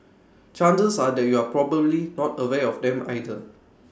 chances are that you're probably not aware of them either